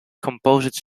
composite